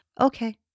Okay